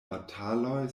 bataloj